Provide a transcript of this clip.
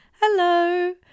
Hello